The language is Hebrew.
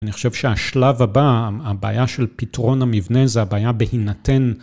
אני חושב שהשלב הבא, הבעיה של פתרון המבנה, זה הבעיה בהינתן...